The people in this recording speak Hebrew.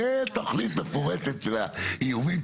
זו תוכנית מפורטת של האיומים,